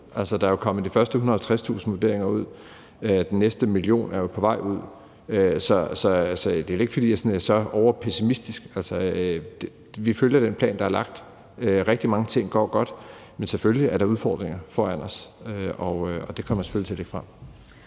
er jo blevet sendt ud, og den næste million er på vej ud, så jeg er ikke specielt pessimistisk. Vi følger den plan, der er lagt, og rigtig mange ting går godt, men selvfølgelig er der udfordringer foran os, og det kommer jeg selvfølgelig til at lægge frem.